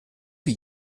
wie